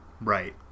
Right